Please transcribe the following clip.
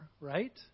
right